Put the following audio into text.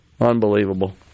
Unbelievable